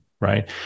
right